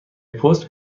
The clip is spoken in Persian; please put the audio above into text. پست